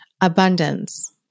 abundance